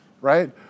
right